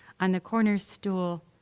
on the corner stool,